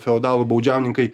feodalų baudžiauninkai